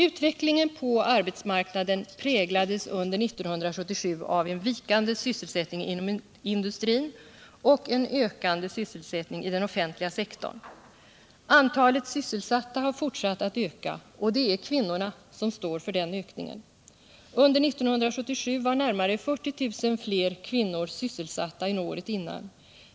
Utvecklingen på arbetsmarknaden präglades under 1977 av en vikande sysselsättning inom industrin och en ökande sysselsättning i den offentliga sektorn. Antalet sysselsatta har fortsatt att öka, och det är kvinnorna som står för den ökningen. Under 1977 var närmare 40 000 fler kvinnor sysselsatta än året innan.